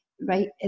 right